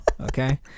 Okay